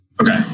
Okay